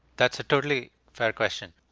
that's a totally fair question.